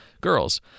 Girls